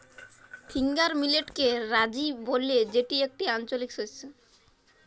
finger মিলেটকে রাজি ব্যলে যেটি একটি আঞ্চলিক শস্য